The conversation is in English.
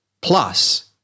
Plus